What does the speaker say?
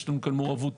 יש מעורבות